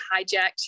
hijacked